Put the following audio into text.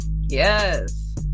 Yes